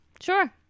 Sure